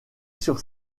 sur